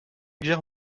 guerre